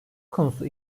konusu